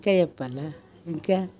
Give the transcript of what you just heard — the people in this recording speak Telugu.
ఇంకా చెప్పాలా ఇంకా